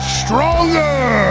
stronger